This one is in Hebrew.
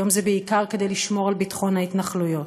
היום זה בעיקר כדי לשמור על ביטחון ההתנחלויות,